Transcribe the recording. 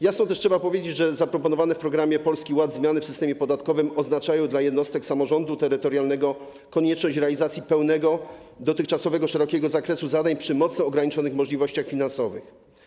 Jasno też trzeba powiedzieć, że zaproponowane w programie Polski Ład zmiany w systemie podatkowym oznaczają dla jednostek samorządu terytorialnego konieczność realizacji pełnego dotychczasowego szerokiego zakresu zadań przy mocno ograniczonych możliwościach finansowych.